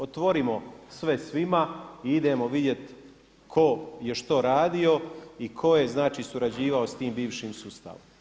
Otvorimo sve svima i idemo vidjeti tko je što radio i tko je znači surađivao sa tim bivšim sustavom.